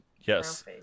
Yes